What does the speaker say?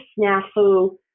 snafu